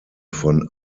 von